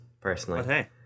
personally